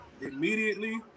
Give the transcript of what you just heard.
immediately